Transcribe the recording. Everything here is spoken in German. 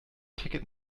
ticket